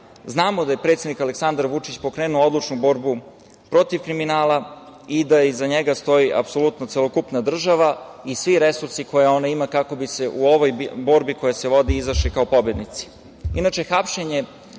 znamo da je predsednik Aleksandar Vučić pokrenuo odlučnu borbu protiv kriminala i da iza njega stoji apsolutno cela država i svi resursi koje ona ima kako bi u ovoj borbi koja se vodi izašli kao pobednici. Inače,